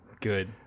Good